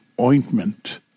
ointment